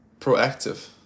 proactive